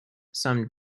some